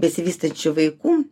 besivystančių vaikų